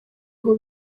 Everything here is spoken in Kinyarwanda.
aho